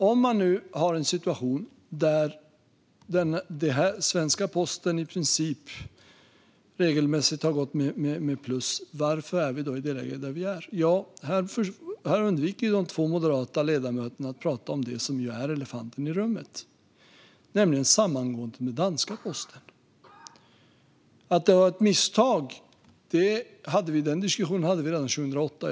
Om man nu har en situation där den svenska posten i princip regelmässigt har gått med plus, varför är vi då i det läge som vi är? Här undviker de två moderata ledamöterna att prata om det som ju är elefanten i rummet, nämligen sammangåendet med danska posten. Att detta var ett misstag var en diskussion som vi hade redan 2008.